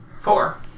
Four